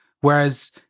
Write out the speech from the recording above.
Whereas